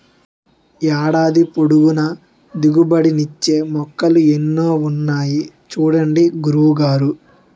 ఏడాది పొడుగునా దిగుబడి నిచ్చే మొక్కలు ఎన్నో ఉన్నాయి చూడండి గురువు గారు